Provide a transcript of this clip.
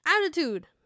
attitude